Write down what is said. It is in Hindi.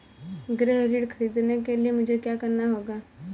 गृह ऋण ख़रीदने के लिए मुझे क्या करना होगा?